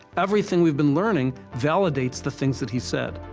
everything we've been learning validates the things that he said.